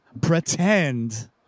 pretend